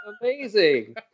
Amazing